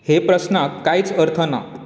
हे प्रस्नाक कांयच अर्थ ना